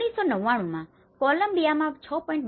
1999માં કોલમ્બિયામાં 6